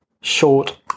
short